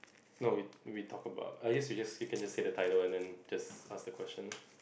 no we we talk about I guess we just you can just say the title and then just ask the question